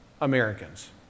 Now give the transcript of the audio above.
Americans